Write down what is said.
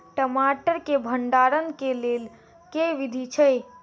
टमाटर केँ भण्डारण केँ लेल केँ विधि छैय?